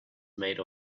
made